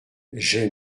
j’ai